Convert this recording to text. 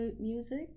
music